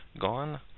gone